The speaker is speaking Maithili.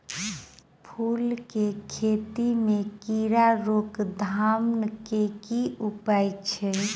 फूल केँ खेती मे कीड़ा रोकथाम केँ की उपाय छै?